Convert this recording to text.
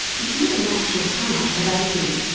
it's not a natural part of ageing.